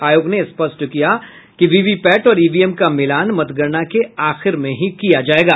आयोग ने स्पष्ट किया है कि वीवीपैट और ईवीएम का मिलान मतगणना के आखिर में ही किया जायेगा